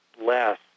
less